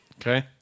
Okay